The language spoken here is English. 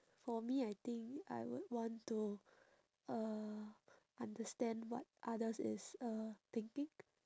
for me I think I would want to uh understand what others is uh thinking